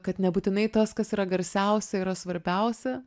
kad nebūtinai tas kas yra garsiausia yra svarbiausia